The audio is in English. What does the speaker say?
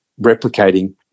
replicating